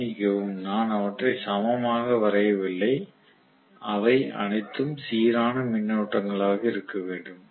மன்னிக்கவும் நான் அவற்றை சமமாக வரையவில்லை அவை அனைத்தும் சீரான மின்னோட்டங்களாக இருக்க வேண்டும்